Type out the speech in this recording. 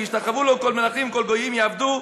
וישתחוו לו כל מלכים, כל גויים יעבדוהו.